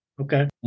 Okay